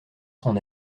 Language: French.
son